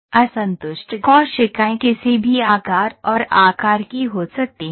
असंतुष्ट कोशिकाएं किसी भी आकार और आकार की हो सकती हैं